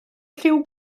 lliw